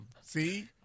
See